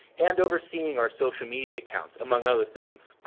and overseeing our social media accounts, among other things.